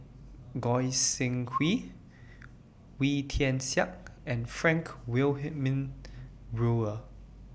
Goi Seng Hui Wee Tian Siak and Frank Wilmin Brewer